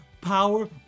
power